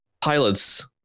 pilots